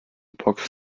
box